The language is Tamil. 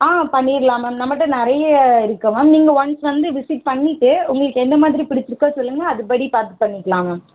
ஆ பண்ணிடலாம் மேம் நம்மள்கிட்ட நிறைய இருக்குது மேம் நீங்கள் ஒன்ஸ் வந்து விசிட் பண்ணிவிட்டு உங்களுக்கு எந்த மாதிரி பிடிச்சிருக்கோ சொல்லுங்கள் அதுப்படி பார்த்து பண்ணிக்கலாம் மேம்